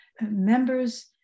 members